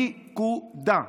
נקודה.